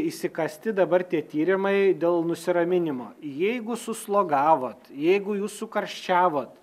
įsikąsti dabar tie tyrimai dėl nusiraminimo jeigu suslogavot jeigu jūs sukarščiavot